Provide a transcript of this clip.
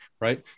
right